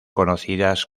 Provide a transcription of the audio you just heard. conocidas